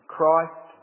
Christ